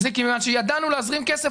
כיוון שידענו להזרים כסף,